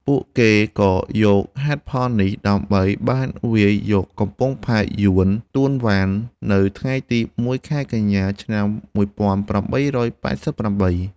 ពួកគេក៏យកហេតុផលនេះដើម្បីបានវាយយកកំពង់ផែយួនតួវ៉ាននៅថ្ងៃទី១ ខែកញ្ញា ១៨៥៨។